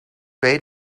wait